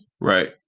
Right